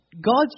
God's